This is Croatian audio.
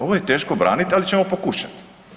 Ovo je teško braniti, ali ćemo pokušati.